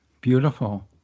Beautiful